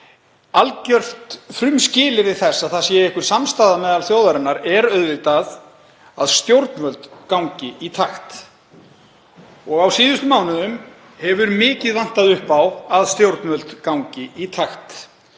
Algjört frumskilyrði þess að það sé einhver samstaða meðal þjóðarinnar er auðvitað að stjórnvöld gangi í takt. Á síðustu mánuðum hefur mikið vantað upp á að stjórnvöld gangi í takt.